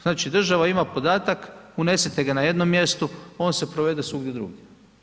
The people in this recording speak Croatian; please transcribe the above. Znači država ima podatak, unesete ga na jednom mjestu, on se provede svugdje drugdje.